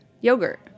yogurt